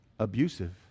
Abusive